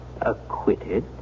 Acquitted